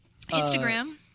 Instagram